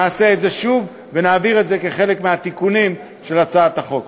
נעשה את זה שוב ונעביר את זה כחלק מהתיקונים של הצעת החוק.